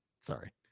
Sorry